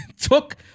took